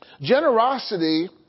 Generosity